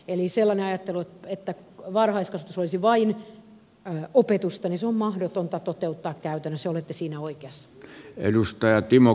eli sellainen ajattelu että varhaiskasvatus olisi vain opetusta on mahdotonta toteuttaa käytännössä ja olette siinä oikeassa